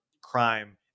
crime